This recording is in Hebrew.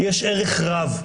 יש ערך רב,